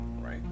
right